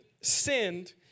sinned